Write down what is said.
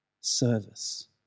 service